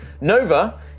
Nova